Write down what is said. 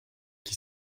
qui